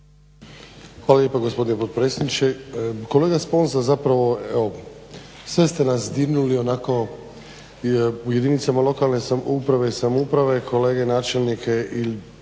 Hvala lijepa gospodine potpredsjedniče. Kolega Sponza zapravo evo sve ste nas dirnuli onako u jedinicama lokalne uprave i samouprave kolege načelnike koji sjede